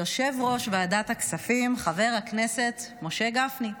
יושב-ראש ועדת הכספים, חבר הכנסת משה גפני.